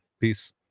peace